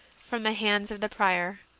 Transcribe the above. from the hands of the prior.